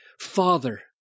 Father